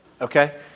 Okay